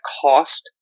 cost